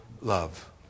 love